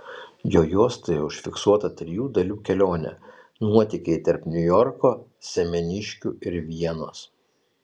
jo juostoje užfiksuota trijų dalių kelionė nuotykiai tarp niujorko semeniškių ir vienos